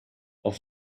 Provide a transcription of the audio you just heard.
auf